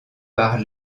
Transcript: par